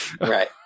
Right